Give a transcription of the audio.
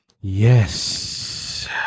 Yes